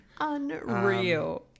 Unreal